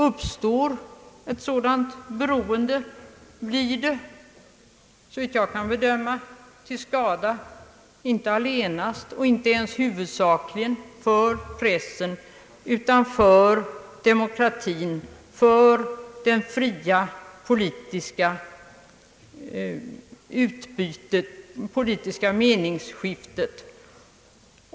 Om ett sådant beroendeförhållande uppstår, blir det såvitt jag kan bedöma till skada, inte allenast eller ens huvudsakligen för pressen utan för demokratin och det fria politiska meningsutbytet.